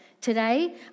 Today